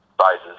sizes